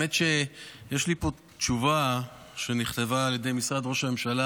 האמת שיש לי פה תשובה שנכתבה על ידי משרד ראש הממשלה,